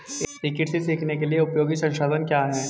ई कृषि सीखने के लिए उपयोगी संसाधन क्या हैं?